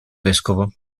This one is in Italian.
vescovo